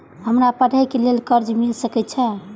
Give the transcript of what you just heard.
हमरा पढ़े के लेल कर्जा मिल सके छे?